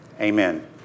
amen